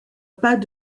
pas